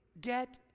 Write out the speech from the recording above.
Get